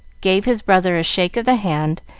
gave his brother a shake of the hand,